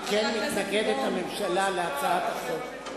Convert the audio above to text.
על כן הממשלה מתנגדת להצעת החוק.